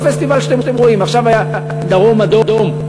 כל פסטיבל שאתם רואים, עכשיו היה "דרום אדום"